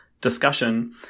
discussion